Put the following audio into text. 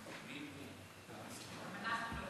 גם אנחנו לא,